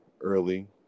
early